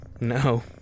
No